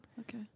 Okay